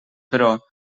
però